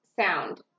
sound